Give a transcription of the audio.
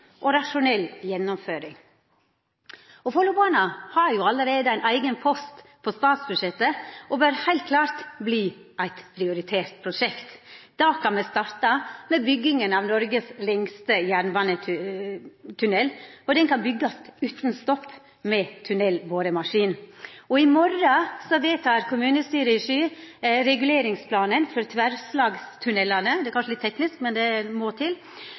og rasjonell gjennomføring. Follobanen har allereie ein eigen post på statsbudsjettet og bør heilt klart verta eit prioritert prosjekt. Da kan me starta med bygginga av Norges lengste jernbanetunnel. Og han kan byggast utan stopp – med tunellboremaskin. I morgon vedtek kommunestyret i Ski reguleringsplanen for tverrslagstunellane – det er kanskje litt teknisk, men det må til.